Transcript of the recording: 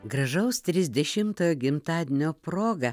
gražaus trisdešimtojo gimtadienio proga